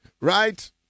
right